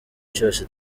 cyose